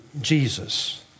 Jesus